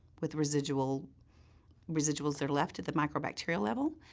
with residuals residuals that are left at the microbacterial level?